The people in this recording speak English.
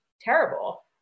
terrible